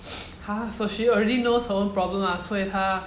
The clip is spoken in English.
!huh! so she already knows her own problem lah 所以她